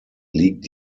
liegt